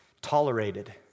tolerated